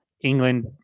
england